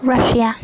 Russia